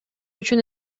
үчүн